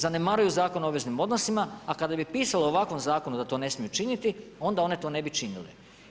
Zanemaruju Zakon o obveznim odnosima, a kada bi pisalo u ovakvom zakonu da to ne smiju činiti, onda one to ne bi činile.